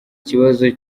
kibazo